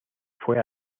fue